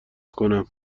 کنم